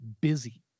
busy